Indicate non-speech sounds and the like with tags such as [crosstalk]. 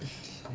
[laughs]